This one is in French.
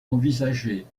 envisagée